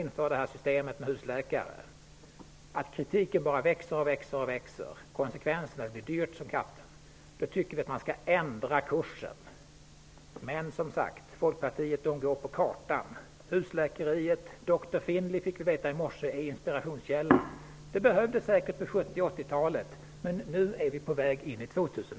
När det visar sig att kritiken bara växer mot systemet med husläkare och att det blir dyrt som katten, tycker vi att man skall ändra kursen. Men, som sagt, Folkpartiet går efter kartan. Vi fick i morse veta att doktor Finlay är inspirationskällan för husläkeriet. Ett sådant system behövdes säkert på 70 och 80-talet, men nu är vi på väg in i 2000